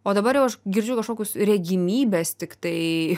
o dabar jau aš girdžiu kažkokius regimybes tiktai